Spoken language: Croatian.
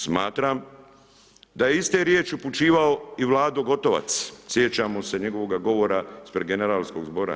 Smatram da je iste riječi upućivao i Vlado Gotovac, sjećamo se njegova govora ispred generalskog zbora.